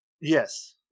Yes